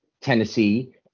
Tennessee